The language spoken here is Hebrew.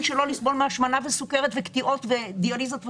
שלו לסבול מהשמנה וסוכרת וקטיעות ודיאליזות וכולי.